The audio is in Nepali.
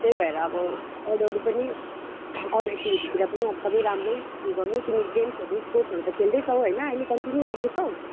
त्यही भएर अब अरू अरू पनि अरू एक्टिभिटीतिर पनि अब सबै राम्रै उयो गर्नु तिमी गेम्सहरू स्पोर्ट्सहरू खेल्दैछौ होइन अहिले कन्टिन्यु राख्दैछौ